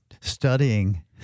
studying